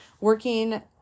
working